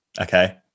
okay